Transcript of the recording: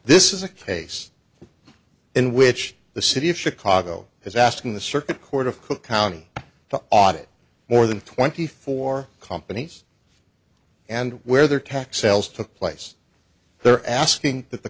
this is a case in which the city of chicago is asking the circuit court of cook county to audit more than twenty four companies and where their tax sales took place they're asking